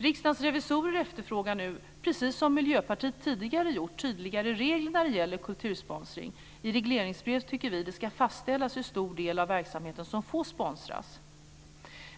Riksdagens revisorer efterfrågar nu, precis som Miljöpartiet tidigare gjort, tydligare regler när det gäller kultursponsring. Vi tycker att det i regleringsbrev ska fastställas hur stor del av verksamheten som får sponsras.